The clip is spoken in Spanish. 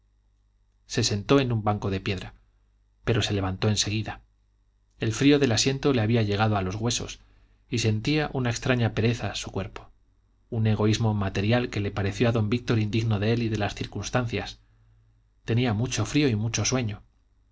se sentó en un banco de piedra pero se levantó en seguida el frío del asiento le había llegado a los huesos y sentía una extraña pereza su cuerpo un egoísmo material que le pareció a don víctor indigno de él y de las circunstancias tenía mucho frío y mucho sueño